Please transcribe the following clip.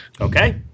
Okay